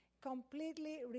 completely